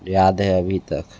याद है अभी तक